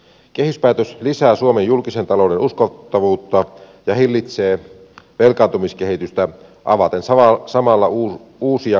kehyspäätös lisää suomen julkisen talouden uskottavuutta ja hillitsee velkaantumiskehitystä avaten samalla uusia kasvun mahdollisuuksia